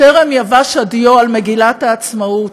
עוד בטרם יבש הדיו על מגילת העצמאות,